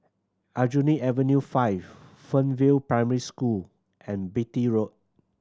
Aljunied Avenue Five Fernvale Primary School and Beatty Road